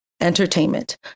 entertainment